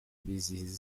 bizihiza